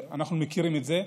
אנחנו מכירים את זה.